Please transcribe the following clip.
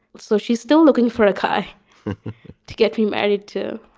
so she's still looking for a car to get remarried to.